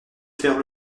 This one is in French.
faire